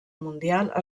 mundial